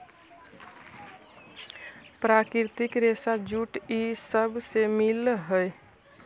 प्राकृतिक रेशा जूट इ सब से मिल हई